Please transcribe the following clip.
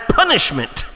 punishment